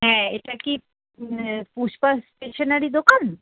হ্যাঁ এটা কি পুষ্পা স্টেশেনারি দোকান